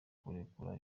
kurekura